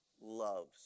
loves